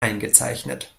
eingezeichnet